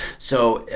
so,